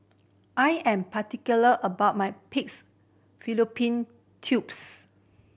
I am particular about my pigs fallopian tubes